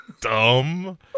dumb